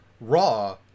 raw